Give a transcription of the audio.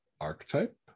archetype